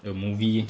a movie